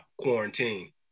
quarantine